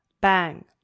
Bang